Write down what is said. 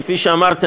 כפי שאמרתי,